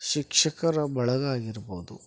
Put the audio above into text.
ಶಿಕ್ಷಕರ ಬಳಗ ಆಗಿರ್ಬೋದು